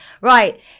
Right